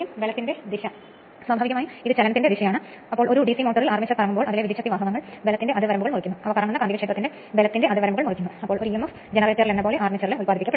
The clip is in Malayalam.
ചെറുതും ഇടത്തരവുമായ മോട്ടോറുകളിൽ ബാറുകളും അവസാന വളയങ്ങളും ഡൈ കാസ്റ്റ് അലുമിനിയം ഉപയോഗിച്ച് നിർമ്മിച്ചതാണ്